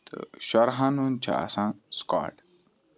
تہٕ شُراہن ہُند چھُ آسان سُکوٹ